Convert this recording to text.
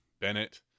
Bennett